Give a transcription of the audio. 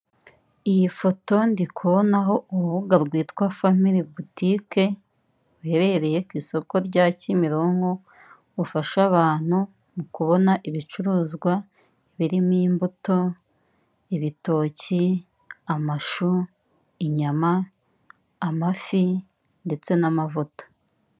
Iyi foto, ndi kubonaho urubuga rwitwa famili butike, ruherereye ku ikoso rya Kimirinko, rufasha abantu mu kubona ibicuruzwa birimo; imbuto, ibitoki, amashu, inyama, amafi, ndetse n'amavuta.